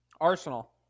Arsenal